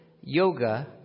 yoga